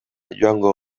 joango